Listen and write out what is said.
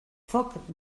foc